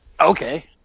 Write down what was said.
Okay